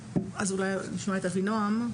אולי עכשיו נשמע את אבינועם.